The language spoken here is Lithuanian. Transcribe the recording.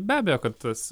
be abejo kad tas